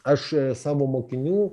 aš savo mokinių